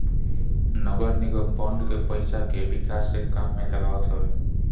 नगरनिगम बांड के पईसा के विकास के काम में लगावत हवे